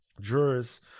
jurors